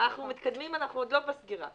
אנחנו מתקדמים, אנחנו עוד לא בסגירה.